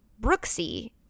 Brooksy